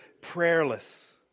prayerless